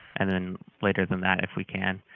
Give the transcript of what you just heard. and then later than that, if we can,